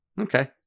Okay